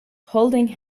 holding